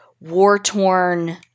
war-torn